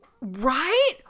Right